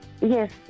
Yes